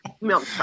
Milk